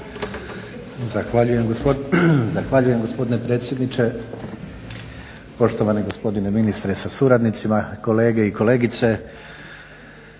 Zahvaljujem gospodine predsjedniče, poštovani gospodine ministre sa suradnicima, kolege i kolegice.